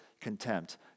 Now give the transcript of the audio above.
contempt